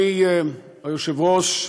אדוני היושב-ראש,